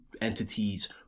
entities